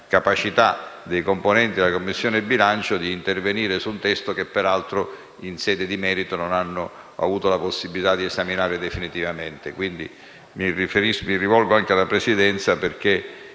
capacità dei componenti della Commissione bilancio di intervenire su un testo che, peraltro, in sede di merito, non hanno avuto la possibilità di esaminare definitivamente. Mi rivolgo anche alla Presidenza, perché